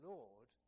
Lord